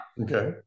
Okay